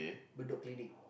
Bedok clinic